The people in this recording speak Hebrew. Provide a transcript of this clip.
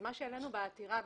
מה שהעלינו בעתירה,